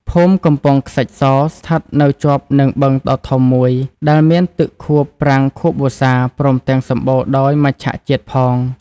ភូមិ កំពង់ខ្សាច់ស ស្ថិតនៅជាប់នឹងបឹងដ៏ធំមួយ ដែលមានទឹកខួបប្រាំងខួបវស្សា ព្រមទាំងសម្បូរដោយមច្ឆជាតិផង។